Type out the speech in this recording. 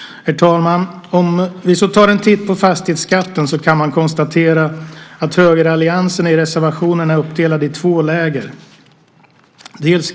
När vi så tar en titt på fastighetsskatten kan vi konstatera att högeralliansen i reservationerna är uppdelad i två läger.